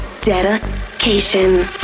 Dedication